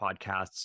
podcasts